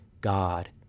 God